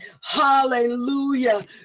hallelujah